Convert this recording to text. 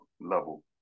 level